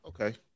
Okay